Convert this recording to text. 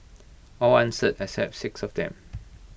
all answered except six of them